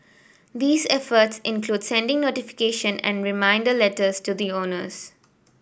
these efforts include sending notification and reminder letters to the owners